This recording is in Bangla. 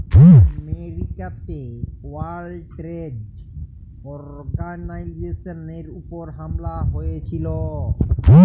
আমেরিকাতে ওয়ার্ল্ড টেরেড অর্গালাইজেশলের উপর হামলা হঁয়েছিল